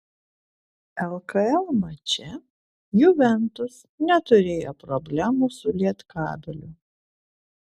lkl mače juventus neturėjo problemų su lietkabeliu